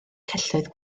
celloedd